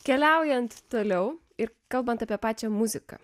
keliaujant toliau ir kalbant apie pačią muziką